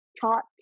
taught